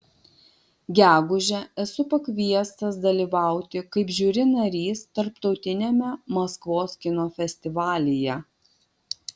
gegužę esu pakviestas dalyvauti kaip žiuri narys tarptautiniame maskvos kino festivalyje